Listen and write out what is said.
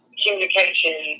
communication